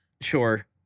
Sure